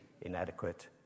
inadequate